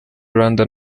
rwanda